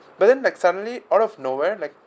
but then like suddenly out of nowhere like